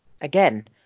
Again